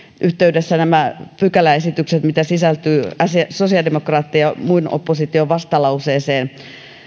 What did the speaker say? yhteydessä pykäläesitykset jotka sisältyvät sosiaalidemokraattien ja muun opposition vastalauseeseen